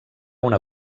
una